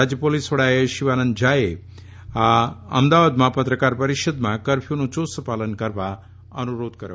રાજ્ય પોલીસ વડાએ શિવાનંદ ઝાએ અમદાવાદમાં પત્રકાર પરિષદમાં કર્ફ્યુનું ચુસ્ત પાલન કરવા અનુરોધ કર્યો